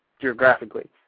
geographically